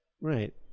Right